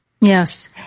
Yes